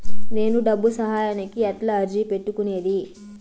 నేను డబ్బు సహాయానికి ఎట్లా అర్జీ పెట్టుకునేది?